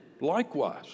likewise